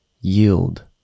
Yield